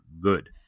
good